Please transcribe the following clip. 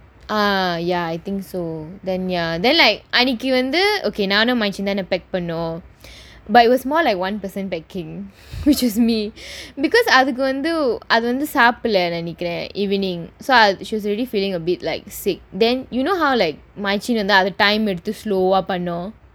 uh ya I think so then ya then like அன்னிக்கி வந்து:annikki vanthu okay நானும்:naanum தான:thaana pack பண்னோம்:pannom but it was more like one person packing which is me because அதுக்கு வந்து அது வந்து சாப்பில நான் நெனைகுறேன்:athukku vanthu athu vanthu saappila naan nenaikuraen evening so she's already feeling a bit like sick then you know how like வந்து அத:vanthu atha time எடுத்து:eduthu slow ah பண்ணும்:pannum